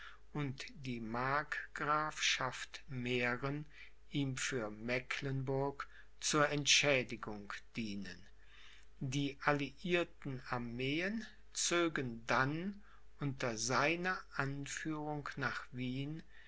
und die markgrafschaft mähren ihm für mecklenburg zur entschädigung dienen die alliierten armeen zögen dann unter seiner anführung nach wien